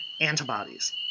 antibodies